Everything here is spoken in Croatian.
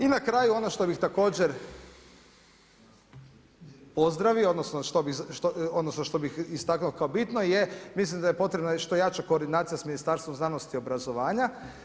I na kraju, ono što bi također pozdravio, odnosno, što bi istaknuo kao bitno, je mislim da je potrebno što jača koordinacija sa ministarstvom znanosti i obrazovanja.